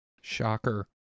Shocker